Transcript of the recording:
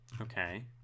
Okay